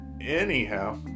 Anyhow